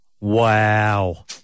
Wow